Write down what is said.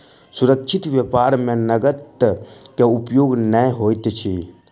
सुरक्षित व्यापार में नकद के उपयोग नै होइत अछि